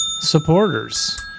supporters